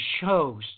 shows